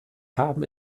haben